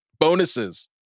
bonuses